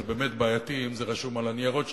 זה באמת בעייתי אם זה רשום על הניירות שלך,